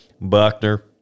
Buckner